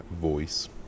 voice